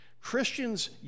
Christians